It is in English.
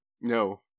No